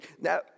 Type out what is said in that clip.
Now